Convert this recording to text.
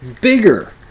bigger